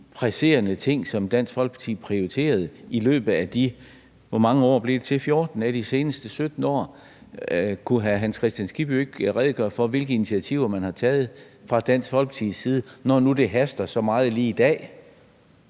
de presserende ting, som Dansk Folkeparti prioriterede i løbet af de – hvor mange år blev det til – 14 af de seneste 17 år? Kunne hr. Hans Kristian Skibby ikke redegøre for, hvilke initiativer man har taget fra Dansk Folkepartis side, når nu det haster så meget lige i dag?